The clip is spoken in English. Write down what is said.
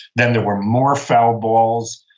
then there were more foul balls.